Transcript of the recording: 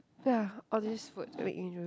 ya all this food make me drool